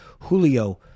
Julio